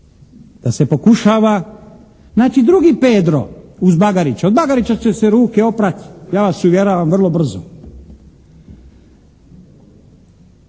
da se pokušava naći drugi Pedro uz Bagarića. Od Bagarića će se ruke oprat, ja vas uvjeravam vrlo brzo.